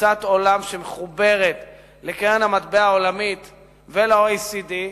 תפיסת עולם שמחוברת לקרן המטבע העולמית ול-OECD,